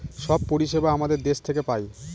সব পরিষেবা আমাদের দেশ থেকে পায়